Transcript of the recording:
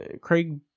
Craig